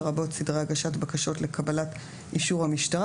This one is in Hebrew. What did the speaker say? לרבות סדרי הגשת בקשות לקבלת אישור המשטרה